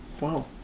Wow